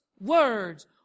words